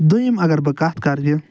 دوٚیِم اگر بہٕ کَتھ کَرٕ یہِ